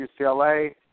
UCLA